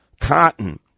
cotton